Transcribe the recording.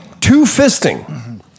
two-fisting